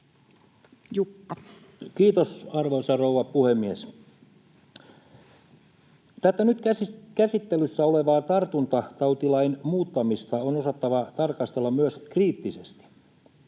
Kiitos, arvoisa rouva puhemies! Tätä nyt käsittelyssä olevaa tartuntatautilain muuttamista on osattava tarkastella myös kriittisesti.